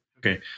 Okay